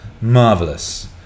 marvelous